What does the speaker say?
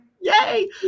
yay